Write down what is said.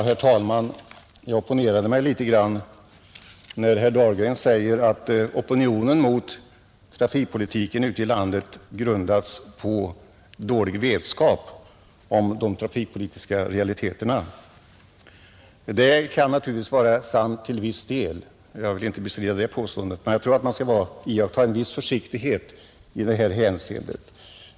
Herr talman! Jag opponerar mig litet grand när herr Dahlgren säger att opinionen mot trafikpolitiken ute i landet grundats på dålig vetskap om de trafikpolitiska realiteterna, Det kan naturligtvis vara sant till viss del — jag vill inte bestrida påståendet — men jag tror att man skall iaktta en viss försiktighet i detta hänseende.